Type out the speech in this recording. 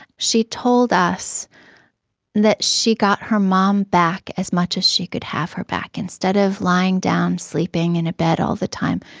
she told us that she got her mom back as much as she could have her back. instead of lying down sleeping in bed all the time,